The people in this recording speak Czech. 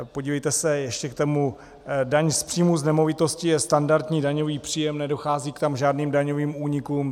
Podívejte se, ještě k tomu daň z příjmu z nemovitosti je standardní daňový příjem, nedochází tam k žádným daňovým únikům.